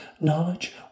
knowledge